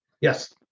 yes